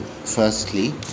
Firstly